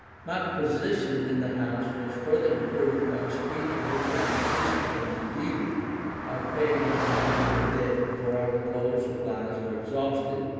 my position in the house was further improved by a speech in which i insisted on the duty of paying off the national debt before our coal supplies are exhausted,